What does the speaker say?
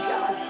God